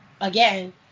again